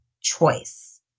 choice